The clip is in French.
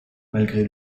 malgré